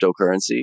cryptocurrency